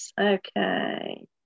Okay